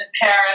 Paris